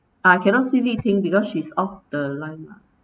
I cannot see li ting because she's off the line lah